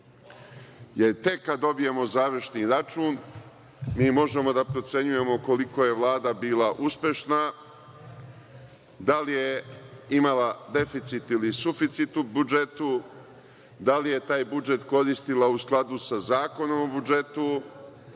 jer tek kada dobijemo završni račun, mi možemo da procenjujemo koliko je Vlada bila uspešna, da li je imala deficit ili suficit u budžetu, da li je taj budžet koristila u skladu sa Zakonom o budžetu,